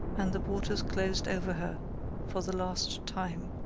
and the waters closed over her for the last time.